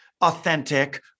authentic